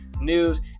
news